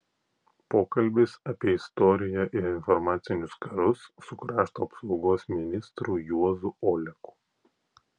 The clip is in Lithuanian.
pokalbis apie istoriją ir informacinius karus su krašto apsaugos ministru juozu oleku